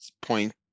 point